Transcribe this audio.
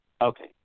Okay